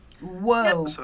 Whoa